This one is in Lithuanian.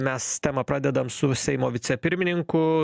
mes temą pradedam su seimo vicepirmininku